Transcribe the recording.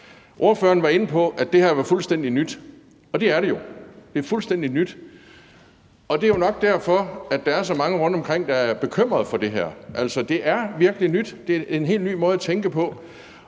Ordføreren var inde på, at det her var fuldstændig nyt. Det er det jo, det er fuldstændig nyt. Det er jo nok derfor, at der er så mange rundtomkring, der er bekymrede for det her. Altså, det er virkelig nyt, det er en helt ny måde at tænke på.